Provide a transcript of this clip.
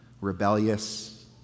rebellious